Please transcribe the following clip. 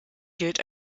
gilt